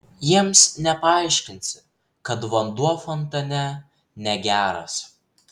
jiems nepaaiškinsi kad vanduo fontane negeras